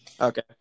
Okay